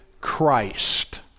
Christ